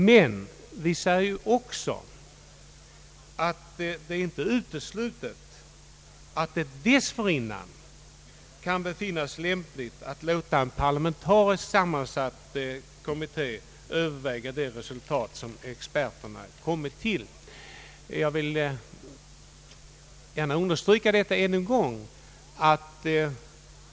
Men vi säger också att det inte är uteslutet att man dessförinnan kan finna skäl att låta en parlamentariskt sammansatt kommitté överväga de resultat som experterna kommit till. Jag ville gärna understryka detta ännu en gång.